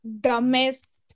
dumbest